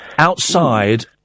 Outside